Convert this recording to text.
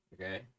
Okay